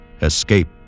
escape